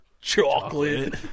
Chocolate